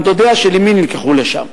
גם דודיה של אמי נלקחו לשם.